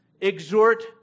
exhort